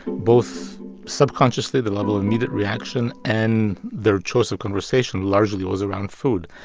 both subconsciously, the level of need-it reaction, and their choice of conversation largely was around food.